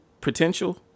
potential